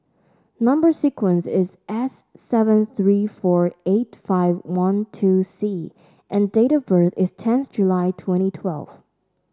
number sequence is S seven three four eight five one two C and date of birth is tenth July twenty twelfth